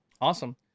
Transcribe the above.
Awesome